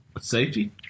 safety